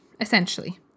essentially